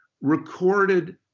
recorded